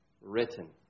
written